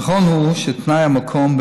נכון הוא שתנאי המקום,